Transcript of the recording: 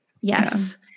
yes